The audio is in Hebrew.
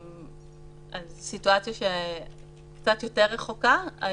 זו סיטואציה שהיא קצת יותר רחוקה.